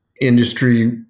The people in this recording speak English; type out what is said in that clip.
industry